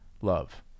love